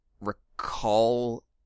recall